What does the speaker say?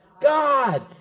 God